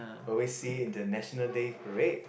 always see it in the National Day Parade